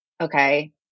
okay